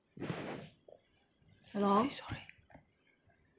hello